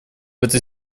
этой